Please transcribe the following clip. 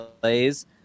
plays